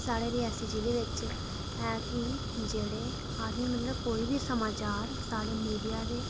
साढे़ रियासी जिले बिच ऐ कि जेह्ड़े असें गी मतलब कोई बी समाचार असें गी मतलब मीडिया दे